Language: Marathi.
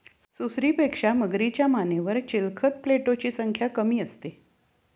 सुसरीपेक्षा मगरीच्या मानेवर चिलखत प्लेटोची संख्या कमी असते